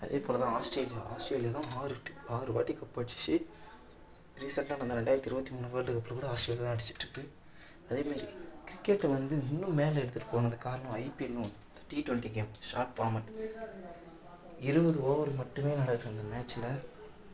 அதே போல் தான் ஆஸ்திரேலியா ஆஸ்திரேலியா தான் ஆறுவாட்டி ஆறுவாட்டி கப்பு அடிச்சிச்சு ரீசெண்டாக நடந்த ரெண்டாயிரத்து இருபத்தி மூணு வேர்ல்டு கப்பில் கூட ஆஸ்திரேலியா தான் அடிச்சிட்டு இருக்கு அதே மாதிரி கிரிக்கெட்டை வந்து இன்னும் மேலே எடுத்துகிட்டு போனதுக்கு காரணம் ஐபிஎல்ன்னு ஒரு T twenty game short format இருபது ஓவர் மட்டுமே நடக்கிற அந்த மேட்சில்